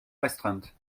restreinte